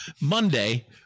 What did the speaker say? Monday